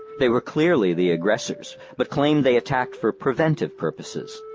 they were clearly the aggressors, but claimed they attacked for preventive purposes.